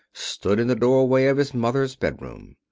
stood in the doorway of his mother's bedroom.